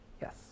yes